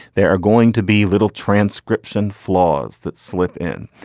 they are going to be little transcription flaws that slip in.